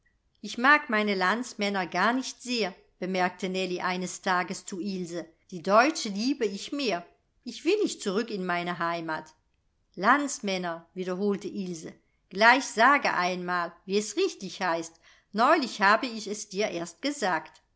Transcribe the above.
ich mag meine landsmänner gar nicht sehr bemerkte nellie eines tages zu ilse die deutsche liebe ich mehr ich will nicht zurück in meine heimat landsmänner wiederholte ilse gleich sage einmal wie es richtig heißt neulich habe ich es dir erst gesagt